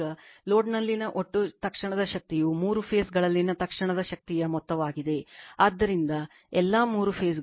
ಈಗ ಲೋಡ್ನಲ್ಲಿನ ಒಟ್ಟು ತಕ್ಷಣದ ಶಕ್ತಿಯು ಮೂರು ಫೇಸ್ ಗಳಲ್ಲಿನ ತಕ್ಷಣದ ಶಕ್ತಿಯ ಮೊತ್ತವಾಗಿದೆ ಆದ್ದರಿಂದ ಎಲ್ಲಾ ಮೂರು ಫೇಸ್ ಗಳು